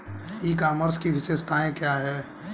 ई commerce की विशेषताएं क्या हैं?